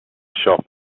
shop